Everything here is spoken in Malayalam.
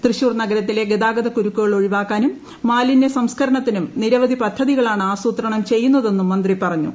തൃശൂർ നഗരത്തിലെ ഗതാഗത കുരുക്കുകൾ ഒഴിഷ്ടുക്കാനും മാലിന്യ സംസ്കരണത്തിനും നിരവധി പദ്ധതികളാണ് ആസ്ട്രിതണം ചെയ്യുന്നതെന്നും മന്ത്രി പറഞ്ഞു